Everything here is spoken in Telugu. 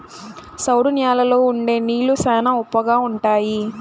సౌడు న్యాలల్లో ఉండే నీళ్లు శ్యానా ఉప్పగా ఉంటాయి